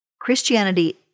Christianity